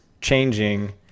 changing